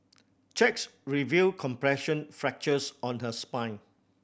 checks revealed compression fractures on her spine